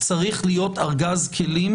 צריך להיות ארגז כלים